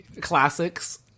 classics